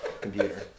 computer